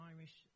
Irish